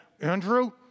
Andrew